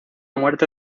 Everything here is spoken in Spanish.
muerte